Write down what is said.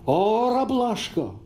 orą blaško